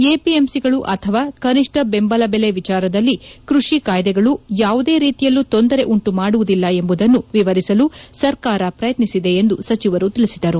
ಎಪಿಎಂಸಿಗಳು ಅಥವಾ ಕನಿಷ್ಠ ಬೆಂಬಲ ಬೆಲೆ ವಿಚಾರದಲ್ಲಿ ಕೃಷಿ ಕಾಯ್ಸೆಗಳು ಯಾವುದೇ ರೀತಿಯಲ್ಲೂ ತೊಂದರೆ ಉಂಟು ಮಾಡುವುದಿಲ್ಲ ಎಂಬುದನ್ನು ವಿವರಿಸಲು ಸರ್ಕಾರ ಪ್ರಯತ್ತಿಸಿದೆ ಎಂದು ಸಚಿವರು ತಿಳಿಸಿದರು